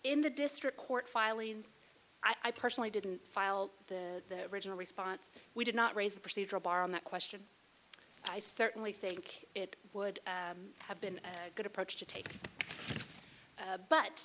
in the district court filings i personally didn't file the original response we did not raise the procedural bar on that question i certainly think it would have been a good approach to take